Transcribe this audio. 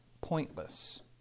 pointless